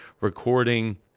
recording